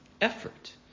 Effort